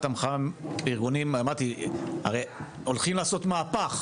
אמרתי שהרי הולכים לעשות מהפך.